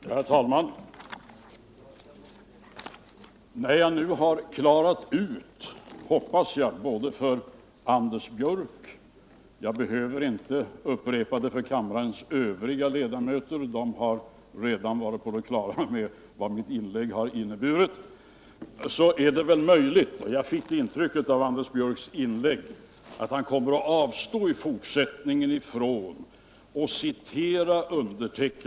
Herr talman! När jag nu har klarat ut sakerna även för Anders Björck — jag behöver inte upprepa det för kammarens övriga ledamöter, som redan varit på det klara med vad mitt inlägg innebar — är det möjligt att Anders Björck i fortsättningen kommer att avstå från att citera mig på detta vilseledande sätt.